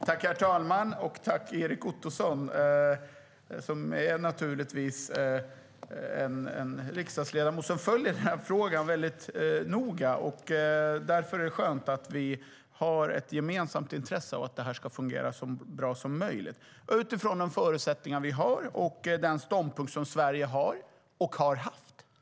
Herr talman! Erik Ottoson är naturligtvis en riksdagsledamot som följer frågan noga. Därför är det skönt att vi har ett gemensamt intresse av att posttjänsterna ska fungera så bra som möjligt utifrån de förutsättningar som finns och den ståndpunkt som Sverige har och har haft.